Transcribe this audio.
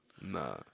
Nah